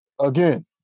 Again